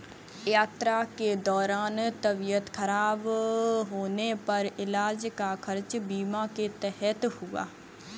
यात्रा के दौरान तबियत खराब होने पर इलाज का खर्च बीमा के तहत हुआ